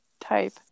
type